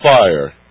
fire